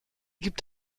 gibt